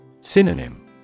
Synonym